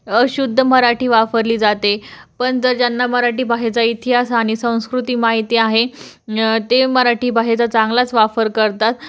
अशुद्ध मराठी वापरली जाते पण जर ज्यांना मराठी भाहेचा इतिहास आणि संस्कृती माहिती आहे ते मराठी भाहेचा चांगलाच वापर करतात